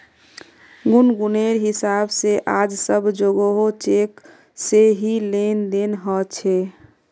गुनगुनेर हिसाब से आज सब जोगोह चेक से ही लेन देन ह छे